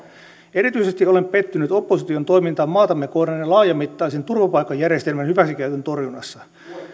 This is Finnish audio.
erityisesti olen pettynyt opposition toimintaan maatamme kohdanneen laajamittaisen turvapaikkajärjestelmän hyväksikäytön torjunnassa